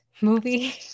movie